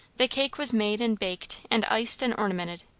the cake was made and baked and iced and ornamented.